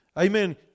Amen